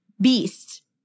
beast